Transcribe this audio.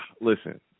Listen